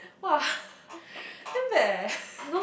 !wah! damn bad eh